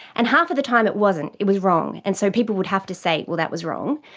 and half the time it wasn't, it was wrong, and so people would have to say, well, that was wrong,